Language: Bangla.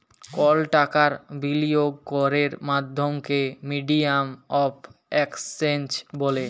কল টাকার বিলিয়গ ক্যরের মাধ্যমকে মিডিয়াম অফ এক্সচেঞ্জ ব্যলে